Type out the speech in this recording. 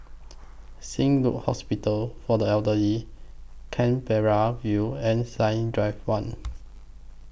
Saint Luke's Hospital For The Elderly Canberra View and Science Drive one